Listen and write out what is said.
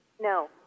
No